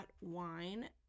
wine